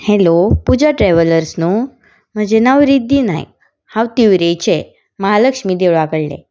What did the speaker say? hello Puja travellers न्हू म्हजें नांव रिद्धी नायक हांव तिवरेचें महालक्ष्मी देवळा कडलें